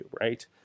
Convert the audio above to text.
Right